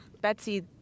Betsy